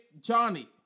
Johnny